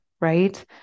right